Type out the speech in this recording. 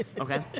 Okay